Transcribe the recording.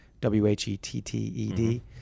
W-H-E-T-T-E-D